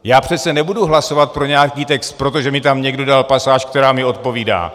Já přece nebudu hlasovat pro nějaký text, protože mi tam někdo dal pasáž, která mi odpovídá.